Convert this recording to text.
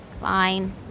Fine